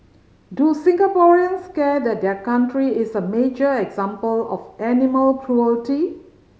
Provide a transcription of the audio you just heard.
do Singaporeans care that their country is a major example of animal cruelty